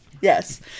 Yes